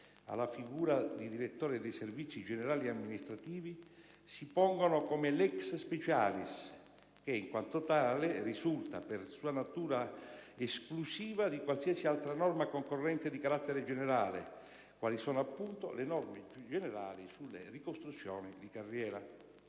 alla figura di direttore dei servizi generali e amministrativi si pongono come *lex specialis* che, in quanto tale, risulta, per sua natura, esclusiva di qualsiasi altra norma concorrente di carattere generale, quali sono, appunto, le norme generali sulle ricostruzioni di carriera.